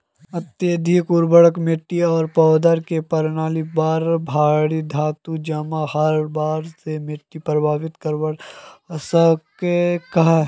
अत्यधिक उर्वरक मिट्टी आर पौधार के प्रणालीत पर भारी धातू जमा हबार स मिट्टीक प्रभावित करवा सकह छह